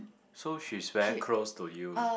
so she's very close to you lah